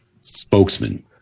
spokesman